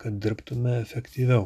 kad dirbtume efektyviau